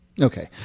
Okay